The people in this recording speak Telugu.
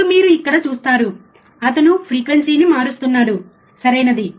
ఇప్పుడు మీరు ఇక్కడ చూస్తారు అతను ఫ్రీక్వెన్సీని మారుస్తున్నాడు సరియైనది